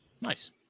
Nice